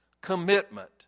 commitment